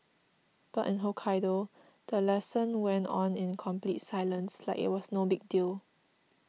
but in Hokkaido the lesson went on in complete silence like it was no big deal